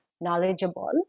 knowledgeable